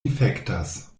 difektas